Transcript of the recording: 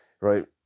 right